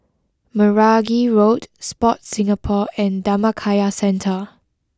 Meragi Road Sport Singapore and Dhammakaya Centre